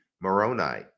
Moroni